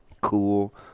cool